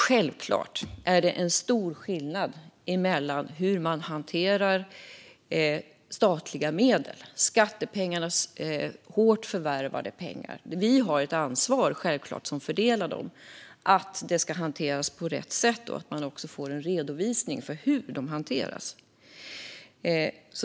Självklart är det stor skillnad när det gäller hur man hanterar statliga medel, skattebetalarnas hårt förvärvade pengar. Vi som fördelar dem har självklart ett ansvar att se till att de hanteras på rätt sätt och att vi får en redovisning av hur de hanteras.